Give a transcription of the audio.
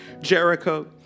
Jericho